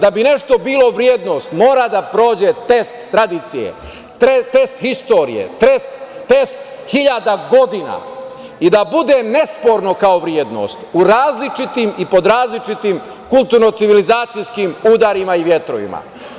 Da bi nešto bilo vrednost mora da prođe test tradicije, test historije, test hiljada godina i da bude nesporno kao vrednost u različitim i pod različitim kulturno civilizacijskim udarima i vetrovima.